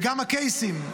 וגם הקייסים,